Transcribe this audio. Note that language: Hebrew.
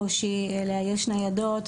הקושי לאייש ניידות,